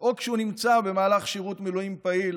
או כשהוא נמצא במהלך שירות מילואים פעיל,